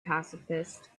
pacifist